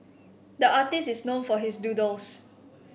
the artist is known for his doodles